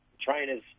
trainers